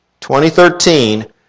2013